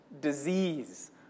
disease